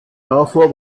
davor